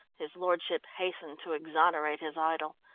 his lordship hastened to exonerate his idol.